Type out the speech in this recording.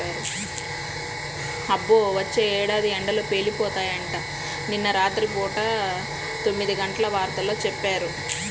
అబ్బో, వచ్చే ఏడాది ఎండలు పేలిపోతాయంట, నిన్న రాత్రి పూట తొమ్మిదిగంటల వార్తల్లో చెప్పారు